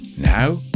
Now